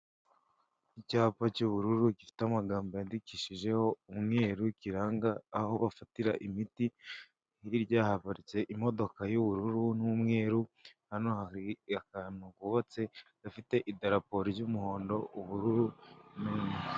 Icyapa cy'ubururu gifite amagambo yandikishijeho umweru kiranga aho bafatira imiti hirya hapagaritse imodoka y'ubururu n'umweru , hano hari akantu kubatse gafite idarapo ry'umuhondo n'ubururu .